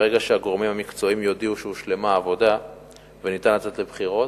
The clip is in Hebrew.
וברגע שהגורמים המקצועיים יודיעו שהושלמה העבודה וניתן לצאת לבחירות,